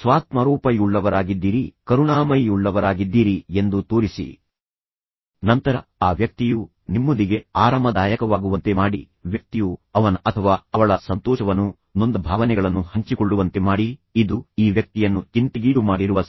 ಸ್ವಾತ್ಮಾರೋಪಯುಳ್ಳವರಾಗಿದ್ದೀರಿ ಎಂದು ತೋರಿಸಿ ನೀವು ಕರುಣಾಮಯಿಯುಳ್ಳವರಾಗಿದ್ದೀರಿ ಎಂದು ತೋರಿಸಿ ನಂತರ ಆ ವ್ಯಕ್ತಿಯು ನಿಮ್ಮೊಂದಿಗೆ ಆರಾಮದಾಯಕವಾಗುವಂತೆ ಮಾಡಿ ವ್ಯಕ್ತಿಯು ಅವನ ಅಥವಾ ಅವಳ ಸಂತೋಷವನ್ನು ನೊಂದ ಭಾವನೆಗಳನ್ನು ಹಂಚಿಕೊಳ್ಳುವಂತೆ ಮಾಡಿ ಇದು ಈ ವ್ಯಕ್ತಿಯನ್ನು ಚಿಂತೆಗೀಡುಮಾಡಿರುವ ಸಂಗತಿ